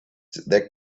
that